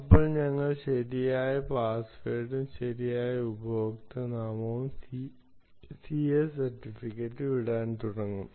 ഇപ്പോൾ ഞങ്ങൾ ശരിയായ പാസ്വേഡും ശരിയായ ഉപയോക്തൃനാമവും ca സർട്ടിഫിക്കറ്റും ഇടാൻ തുടങ്ങും